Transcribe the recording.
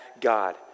God